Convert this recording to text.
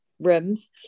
rooms